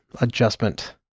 adjustment